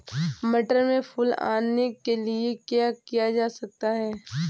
मटर में फूल आने के लिए क्या किया जा सकता है?